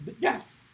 Yes